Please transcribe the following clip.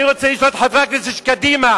אני רוצה לשאול את חברי הכנסת של קדימה,